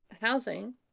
housing